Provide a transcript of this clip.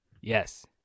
Yes